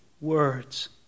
words